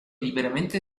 liberamente